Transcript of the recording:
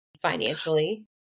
financially